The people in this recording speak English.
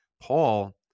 paul